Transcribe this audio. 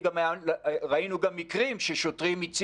גל גלבוע, ראש חטיבת תורה ברח"ל, משרד הביטחון.